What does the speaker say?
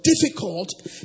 difficult